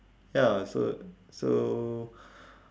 ya so so